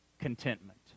contentment